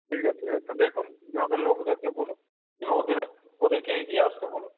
ঠিক আছে একটু দেখুন গ্রামের লোকদেরকে বলে ওদের ওদেরকে এগিয়ে আসতে বলুন